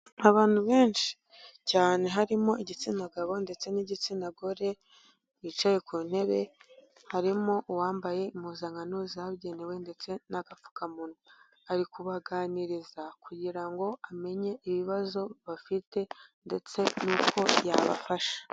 Abantu benshi cyane harimo igitsina gabo ndetse n'igitsina gore, bicaye ku ntebe, harimo uwambaye impuzankano zabugenewe ndetse n'agapfukamunwa, ari kubaganiriza kugira ngo amenye ibibazo bafite ndetse nuko yabafasha.